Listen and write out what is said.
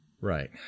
Right